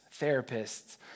therapists